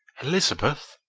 elizabeth!